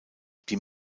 die